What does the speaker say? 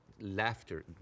laughter